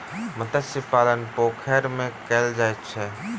मत्स्य पालन पोखैर में कायल जाइत अछि